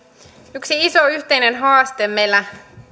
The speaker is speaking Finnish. yksi iso yhteinen haaste meillä